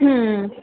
ਹੂੰ